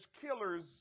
killers